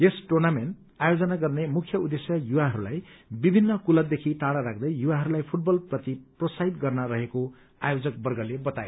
यस tournament आयोज गर्ने मुख्य उद्देश्य युवाहरूलाई विभिन्न कुलतदेखि टाड़ा राख्दै युवाहरूलाई फूटबल प्रति प्रोत्साहित गर्न रहेको आयोजकवर्गले बताए